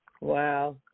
Wow